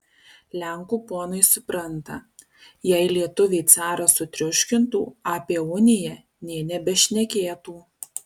lenkų ponai supranta jei lietuviai carą sutriuškintų apie uniją nė nebešnekėtų